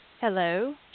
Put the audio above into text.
Hello